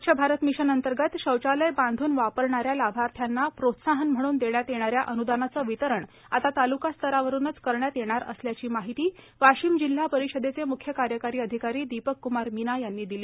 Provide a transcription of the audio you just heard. स्वच्छ भारत मिशन अंतर्गत शौचालय बांधून वापरणाऱ्या लाभार्थ्यांना प्रोत्साहन म्हणून देण्यात येणाऱ्या अनुदानाचे वितरण आता तालुका स्तरावरुनच करण्यात येणार असल्याची माहिती वाशिम जिल्हा परिषदेचे मुख्य कार्यकारी अधिकारी दीपक कुमार मीना यांनी दिली